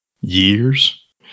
years